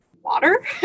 water